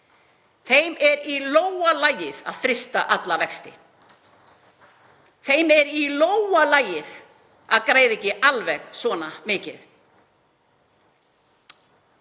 Þeim er í lófa lagið að frysta alla vexti. Þeim er í lófa lagið að græða ekki alveg svona mikið.